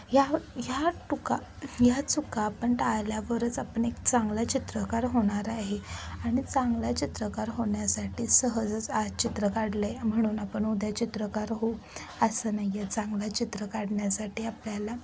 ह्या ह्या टुका ह्या चुका आपण टाळल्यावरच आपण एक चांगला चित्रकार होणार आहे आणि चांगला चित्रकार होण्यासाठी सहजच आज चित्र काढलं आहे म्हणून आपण उद्या चित्रकार होऊ असं नाही आहे चांगला चित्र काढण्यासाठी आपल्याला